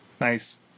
nice